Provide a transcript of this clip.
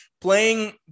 playing